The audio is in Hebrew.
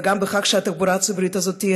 וגם בכך שהתחבורה הציבורית הזאת תהיה